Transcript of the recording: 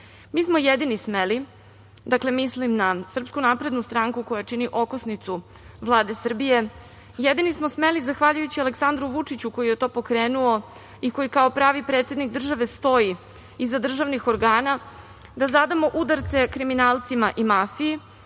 smo jedini smeli, dakle mislim na SNS koja čini okosnicu Vlade Srbije, jedini smo smeli zahvaljujući Aleksandru Vučiću koji je to pokrenuo i koji kao pravi predsednik države stoji iza državnih organa, da zadamo udarce kriminalcima i mafiji,